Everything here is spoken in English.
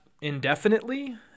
indefinitely